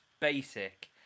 basic